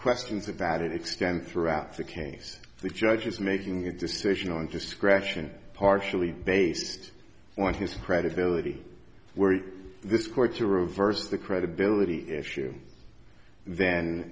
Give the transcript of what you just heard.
questions about it extend throughout the case the judge is making a decision on discretion partially based on his credibility where this court to reverse the credibility issue then